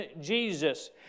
Jesus